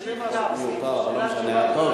חוק מיותר, אבל לא משנה.